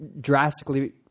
drastically